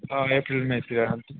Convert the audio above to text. April मेतिर